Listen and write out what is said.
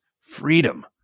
freedom